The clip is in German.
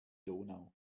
donau